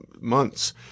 months